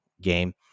game